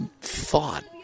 thought